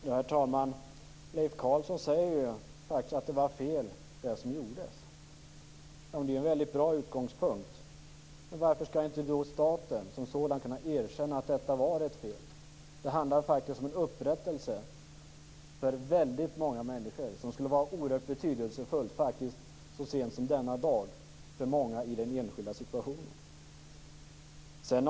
Herr talman! Leif Carlson säger faktiskt att det som gjordes var fel. Men det är ju en väldigt bra utgångspunkt. Men varför skall då inte staten som sådan kunna erkänna att detta var ett fel? Det handlar faktiskt om en upprättelse för väldigt många människor som skulle vara mycket betydelsefull så sent som denna dag för många i den enskilda situationen.